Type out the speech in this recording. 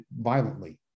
violently